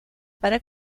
para